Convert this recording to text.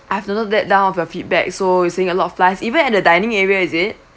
I've noted that down of your feedback so you're saying a lot of flies even at the dining area is it